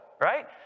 right